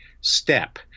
step